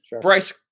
Bryce